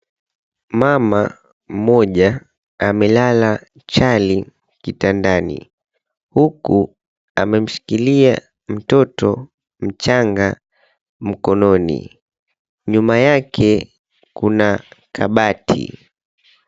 Mama mmoja amelala chali kitandani huku amemshikilia mtoto mchanga mkononi. Nyuma yake kuna kabati.